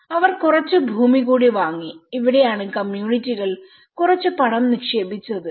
അവർ കുറച്ച് ഭൂമി കൂടി വാങ്ങി ഇവിടെയാണ് കമ്മ്യൂണിറ്റികൾ കുറച്ച് പണം നിക്ഷേപിച്ചത്